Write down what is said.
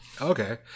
Okay